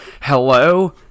hello